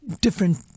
different